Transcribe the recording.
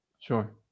Sure